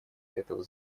этого